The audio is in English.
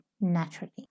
naturally